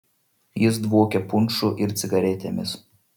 jis dvokė punšu ir cigaretėmis